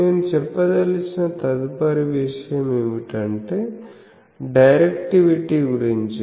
నేను చెప్పదలచిన తదుపరి విషయం ఏమిటంటే డైరెక్టివిటీ గురించి